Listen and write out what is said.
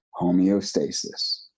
homeostasis